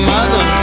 Mother